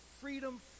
freedom